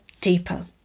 deeper